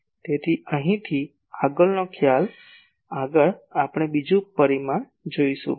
તેથી અહીંથી આગળનો ખ્યાલ આગળ આપણે બીજું પરિમાણ જોશું